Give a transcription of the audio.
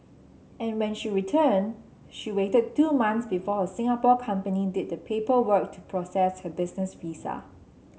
and when she returned she waited two months before her Singapore company did the paperwork to process her business visa